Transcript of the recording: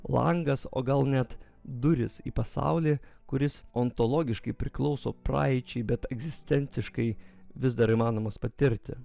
langas o gal net durys į pasaulį kuris ontologiškai priklauso praeičiai bet egzistenciškai vis dar įmanomas patirti